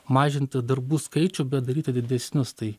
mažinti darbų skaičių bet daryti didesnius tai